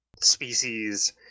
species